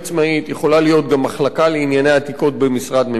יכולה להיות גם מחלקה לענייני עתיקות במשרד ממשלתי.